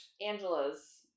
angela's